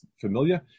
familiar